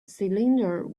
cylinder